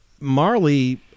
Marley